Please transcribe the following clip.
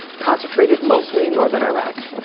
concentrated mostly in northern iraq.